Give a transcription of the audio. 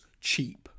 cheap